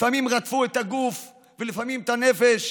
לפעמים רדפו את הגוף ולפעמים את הנפש,